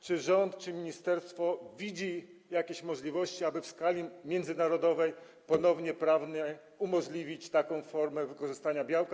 Czy rząd, czy ministerstwo widzą jakieś możliwości, aby w skali międzynarodowej ponownie prawnie umożliwić taką formę wykorzystania białka.